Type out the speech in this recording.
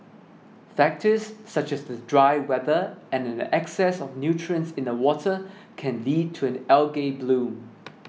factors such as the dry weather and an excess of nutrients in the water can lead to an algae bloom